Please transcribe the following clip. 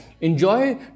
Enjoy